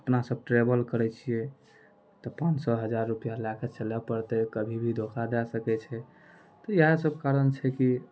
अपना सब ट्रेबल करै छियै तऽ पाॅंच सए हजार रुपैया लए कए चलए पड़तै कभी भी धोका दऽ सकै छै तऽ इएह सब कारण छै की